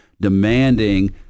demanding